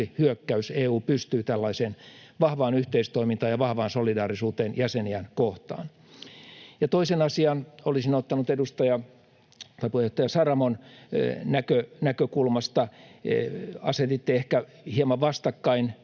hyökkäys. EU pystyy tällaiseen vahvaan yhteistoimintaan ja vahvaan solidaarisuuteen jäseniään kohtaan. Toisen asian olisin ottanut edustaja, puheenjohtaja Saramon näkökulmasta. Asetitte ehkä hieman vastakkain